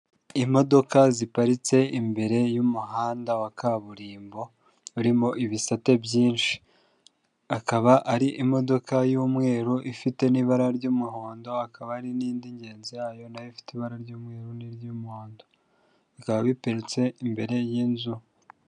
Imodoka ziparitse imbere y'umuhanda wa kaburimbo urimo ibisate byinshi, akaba ari imodoka y'umweru ifite n'ibara ry'umuhondo, hakaba hari n'indi ngenzi yayo nayo ifite ibara ry'umweru n'iry'umuhondo, bikaba biparitse imbere y'inzu.